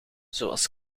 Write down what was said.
zoals